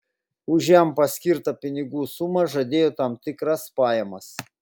už jam paskirtą pinigų sumą žadėjo tam tikras pajamas